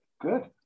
Good